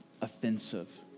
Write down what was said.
offensive